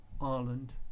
Ireland